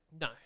No